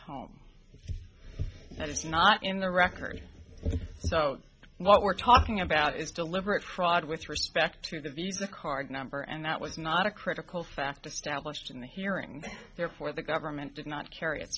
home that is not in the record so what we're talking about is deliberate fraud with respect to the visa card number and that was not a critical factor stablished in the hearing therefore the government did not carry it